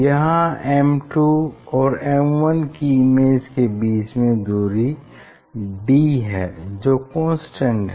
यहाँ M2 और M1 की इमेज के बीच में दूरी d है जो कांस्टेंट है